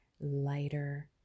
lighter